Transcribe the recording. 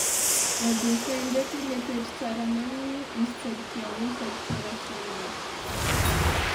Ah dauphin ndraiky, le toetra tsara agnagnany, izy sady tia olo sady tsara fagnahy.